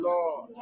Lord